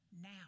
now